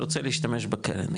רוצה להשתמש בקרן,